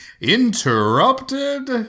interrupted